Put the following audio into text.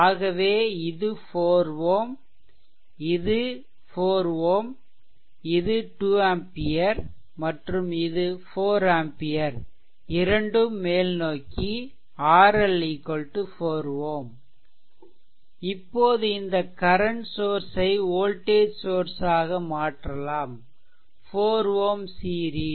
ஆகவே இது 4 Ω இங்கே 4 Ω இது 2 ampere மற்றும் இது 4 ஆம்பியர் இரண்டும் மேல்நோக்கி RL 4 Ω இப்போது இந்த கரன்ட் சோர்ஸ் ஐ வோல்டேஜ் சோர்ஸ் ஆக மாற்றலாம் 4 Ω சீரிஸ்